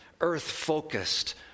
earth-focused